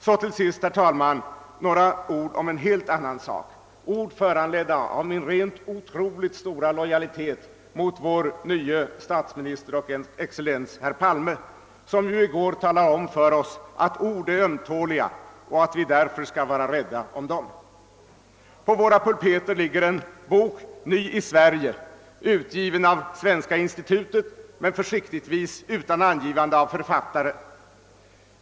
Så till sist, herr talman, några ord om en helt annan sak, föranledda av min rent otroligt stora lojalitet mot vår nye statsminister och excellens herr Palme, som i går talade om för oss att ord är ömtåliga och att vi därför bör vara rädda om dem. På våra pulpeter ligger en bok, >Ny i Sverige», utgiven av Svenska institutet men försiktigtvis utan angivande av författare.